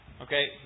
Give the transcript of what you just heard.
Okay